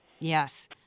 yes